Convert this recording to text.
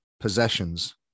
possessions